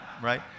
right